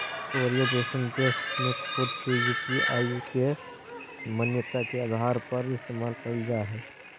Korea जइसन देश में खुद के यू.पी.आई के मान्यता के आधार पर इस्तेमाल कईल जा हइ